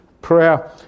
prayer